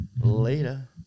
Later